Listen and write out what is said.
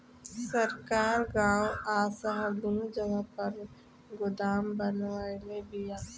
सरकार गांव आ शहर दूनो जगह पर गोदाम बनवले बिया